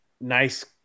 nice